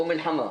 או מלחמה,